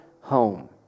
home